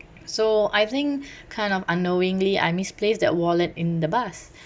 so I think kind of unknowingly I misplaced that wallet in the bus